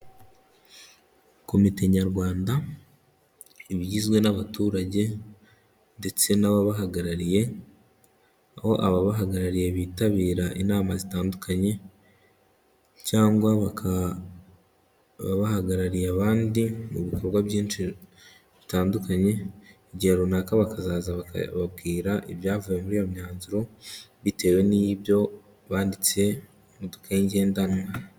Komite nyarwanda, iba igizwe n'abaturage ndetse n'ababahagarariye, aho ababahagarariye bitabira inama zitandukanye, cyangwa bakaba bahagarariye abandi mu bikorwa byinshi bitandukanye. Igihe runaka bakazaza bakababwira ibyavuye muri iyo myanzuro bitewe n'ibyo banditse mu dukayi ngendanwa.